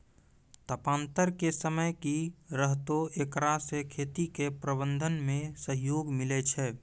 तापान्तर के समय की रहतै एकरा से खेती के प्रबंधन मे सहयोग मिलैय छैय?